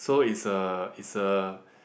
so it's a it's a